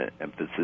emphasis